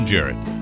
Jarrett